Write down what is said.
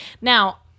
Now